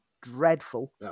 dreadful